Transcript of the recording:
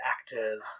actors